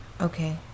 okay